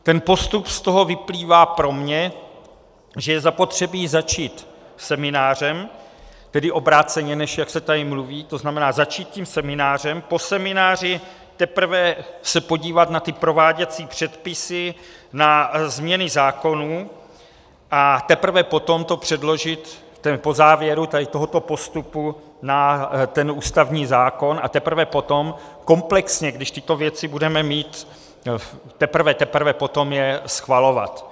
Ten postup z toho vyplývá pro mě, že je zapotřebí začít seminářem, tedy obráceně, než jak se tady mluví, tzn. začít tím seminářem, po semináři teprve se podívat na ty prováděcí předpisy, na změny zákonů, a teprve po tom to předložit, po závěru tohoto postupu, na ten ústavní zákon, a teprve potom komplexně, když tyto věci budeme mít, teprve potom je schvalovat.